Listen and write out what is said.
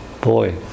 Boy